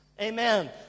Amen